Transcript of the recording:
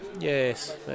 Yes